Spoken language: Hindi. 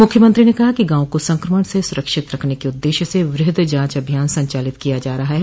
मुख्यमंत्री ने कहा कि गॉव को संक्रमण से सुरक्षित रखने के उद्देश्य से वृहद जाँच अभियान संचालित किया जा रहा है